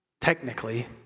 technically